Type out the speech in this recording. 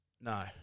no